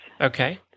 Okay